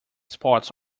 spots